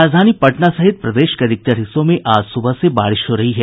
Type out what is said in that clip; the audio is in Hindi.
राजधानी पटना सहित प्रदेश के अधिकतर हिस्सों में आज सुबह से बारिश हो रही है